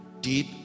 deep